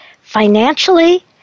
financially